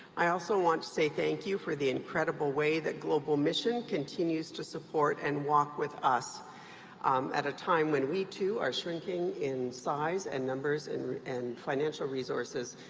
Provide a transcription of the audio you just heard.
i also want to say thank you for the incredible way that global mission continues to support and walk with us at a time when we too are shrinking in size and numbers, and and financial resources.